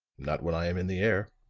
not when i am in the air.